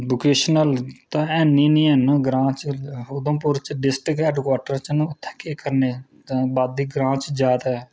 vocational ते ऐ गै नीं ऐ न ग्रां च उधमपुर डिस्ट्रक्ट हैडकुआटर च न उत्थैं केह् करने आबादी ग्रां च जैदा ऐ